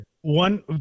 One